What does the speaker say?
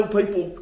people